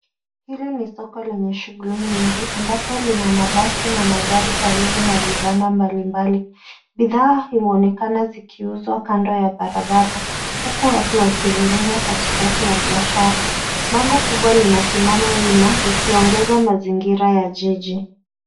Hili ni soko lenyewe shughuli nyingi, ambapo lina mabasi na magari karibu na vibanda mbali mbali. Bidhaa huonekana zikiuzwa kando ya barabara huku watu wakizurura katikati ya biashara. Bango kubwa linasimama wima, likiongeza mazingira ya jiji.